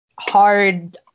hard